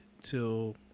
till